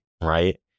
right